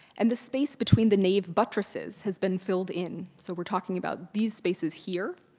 and the space between the nave buttresses has been filled in, so we're talking about these spaces here,